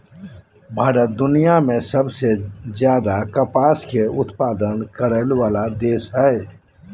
भारत दुनिया में सबसे ज्यादे कपास के उत्पादन करय वला देश हइ